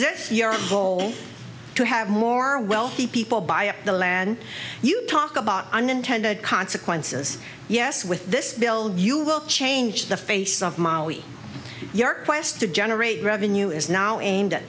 it your goal to have more wealthy people buy up the land you talk about unintended consequences yes with this bill you will change the face of mali your quest to generate revenue is now aimed at